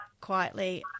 quietly